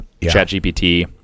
ChatGPT